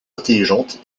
intelligente